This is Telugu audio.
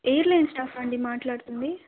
ఎయిర్లైన్స్ స్టాఫా అండి మాట్లాడుతుంది